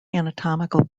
anatomical